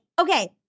okay